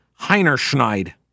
Heinerschneid